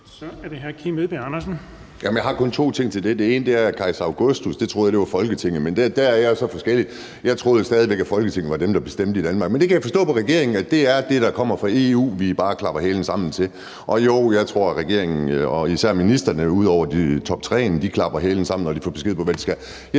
at sige til det: Den ene er, at Kejser Augustus troede jeg var Folketinget, men der er jeg så forskellig, for jeg troede stadig væk, at Folketinget var dem, der bestemte i Danmark. Men jeg kan forstå på regeringen, at det er det, der kommer fra EU, vi bare smækker hælene sammen til. Jo, jeg tror, at regeringen, når de er ude over toptreen, og især ministeren smækker hælene sammen, når de får besked på, hvad de skal.